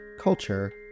culture